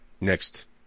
next